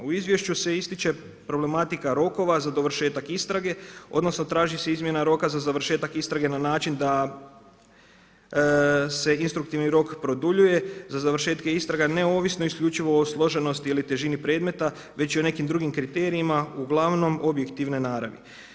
U izvješću se ističe problematika rokova za dovršetak istrage, odnosno traži se izmjena roka za završetak istrage na način da se instruktivni rok produljuje za završetke istrage neovisno i isključivo o složenosti ili težini predmeta, već i o nekim drugim kriterijima, uglavnom objektivne naravi.